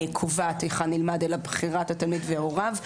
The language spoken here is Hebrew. שקובעת היכן ילמד אלא בחירת התלמיד והוריו,